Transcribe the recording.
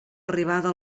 arribada